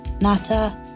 Nata